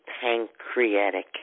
pancreatic